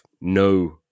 no